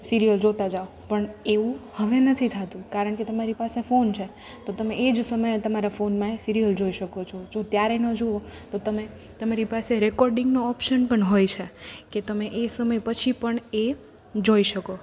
serial જોતાં જાઓ પણ એવું હવે નથી થતું કારણ કે તમારી પાસે ફોન છે તો તમે એ જ સમયે તમારા ફોનમાં એ સિરિયલ જોઈ શકો છો જો ત્યારે ન જુઓ તો તમે તમારી પાસે રેકોર્ડિંગનો ઓપ્શન પણ હોય છે કે તમે એ સમય પછી પણ એ જોઈ શકો